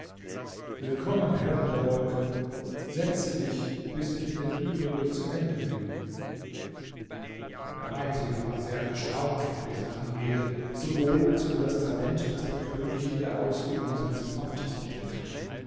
willkommen herr der wolke setze dich bis ich mit den übrigen zu ende bin der einsiedler war sehr erstaunt über diese anrede sowohl als über das talent das der könig in der ausübung seines amtes entwickelte